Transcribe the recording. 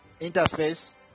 interface